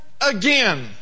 again